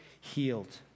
healed